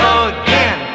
again